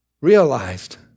realized